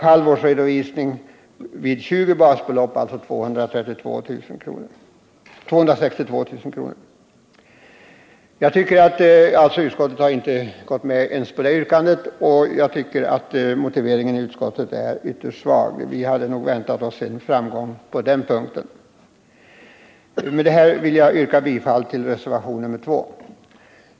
Halvårsredovisning skulle få tillämpas vid 20 basbelopp, dvs. motsvarande 262 000 kr. Utskottet har inte tillstyrkt ens detta yrkande. Jag tycker att utskottets motivering är ytterst svag. Vi hade väntat oss en framgång på den punkten. Herr talman! Jag yrkar bifall till reservationen 2.